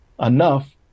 enough